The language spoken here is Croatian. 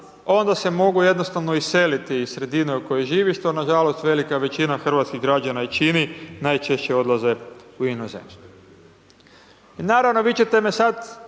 onda se mogu jednostavno iseliti iz sredine u kojoj živiš, što nažalost velika većina hrvatskih građana i čini, najčešće odlaze u inozemstvo. Naravno, vi ćete me sad